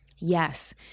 Yes